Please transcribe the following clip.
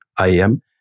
IAM